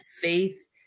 faith